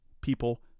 People